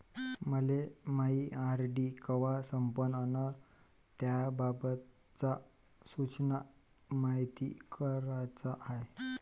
मले मायी आर.डी कवा संपन अन त्याबाबतच्या सूचना मायती कराच्या हाय